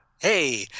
Hey